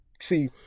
See